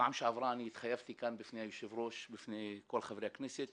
בפעם שעברה התחייבתי בפני היושב-ראש ובפני כל חברי הכנסת